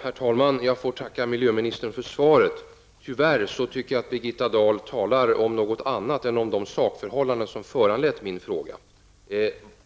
Herr talman! Jag tackar miljöministern för svaret. Tyvärr tycker jag att Birgitta Dahl talar om annat än de sakförhållanden som föranledde min fråga.